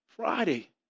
Friday